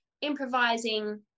improvising